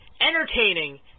entertaining